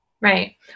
Right